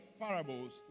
parables